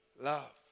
Love